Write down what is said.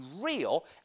real